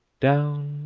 down,